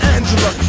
Angela